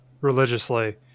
religiously